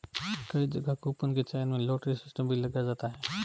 कई जगह कूपन के चयन में लॉटरी सिस्टम भी लगाया जाता है